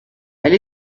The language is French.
elle